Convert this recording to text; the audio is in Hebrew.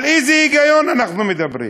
על איזה היגיון אנחנו מדברים?